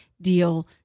deal